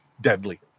deadly